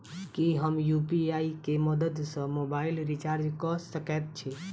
की हम यु.पी.आई केँ मदद सँ मोबाइल रीचार्ज कऽ सकैत छी?